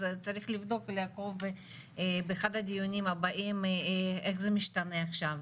צריך לבדוק ולעקוב באחד הדיונים הבאים איך זה משתנה עכשיו,